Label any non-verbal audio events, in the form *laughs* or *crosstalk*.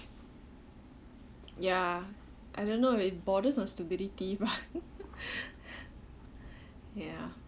ya I don't know it borders on stupidity but *laughs* ya